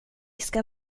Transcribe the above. ska